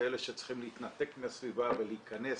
זה אלה שצריכים להתנתק מהסביבה ולהיכנס